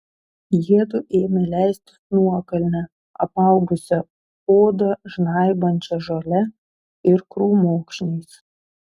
jiedu ėmė leistis nuokalne apaugusia odą žnaibančia žole ir krūmokšniais